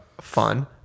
fun